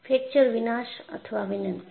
fracture વિનાશ અથવા વિનંતી